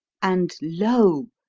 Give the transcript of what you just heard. and lo!